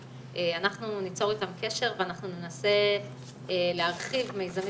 אנחנו ניצור איתם קצר ואנחנו ננסה להרחיב מיזמים